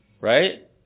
right